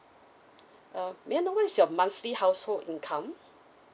uh may I know what's your monthly household income